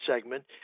segment